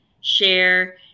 share